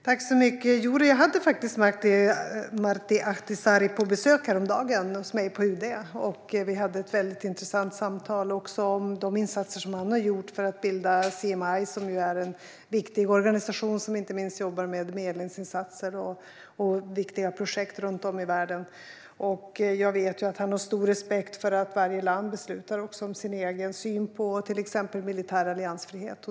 Herr talman! Jodå, jag hade faktiskt Martti Ahtisaari på besök hos mig på UD häromdagen. Vi hade ett väldigt intressant samtal, också om de insatser som han har gjort för att bilda CMI, som ju är en viktig organisation som inte minst jobbar med medlingsinsatser och viktiga projekt runt om i världen. Jag vet att han har stor respekt för att varje land beslutar om sin egen syn på till exempel militär alliansfrihet.